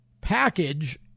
package